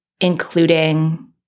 including